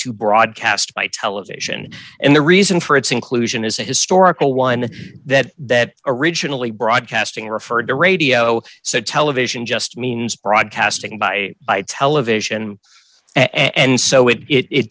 to broadcast by television and the reason for its inclusion is a historical one that that originally broadcasting referred to radio so television just means broadcasting by by television and so it it